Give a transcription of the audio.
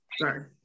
sorry